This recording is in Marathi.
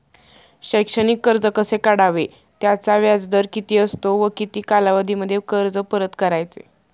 शैक्षणिक कर्ज कसे काढावे? त्याचा व्याजदर किती असतो व किती कालावधीमध्ये कर्ज परत करायचे?